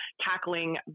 tackling